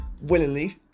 willingly